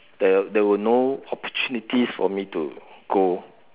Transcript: there there were no opportunities for me to go